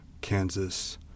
Kansas